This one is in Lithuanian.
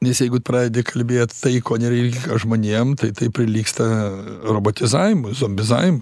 nes jeigu pradedi kalbėt tai ko nereikia žmonėm tai tai prilygsta robotizavimui zombizavim